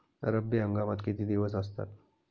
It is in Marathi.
रब्बी हंगामात किती दिवस असतात?